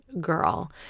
girl